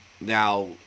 Now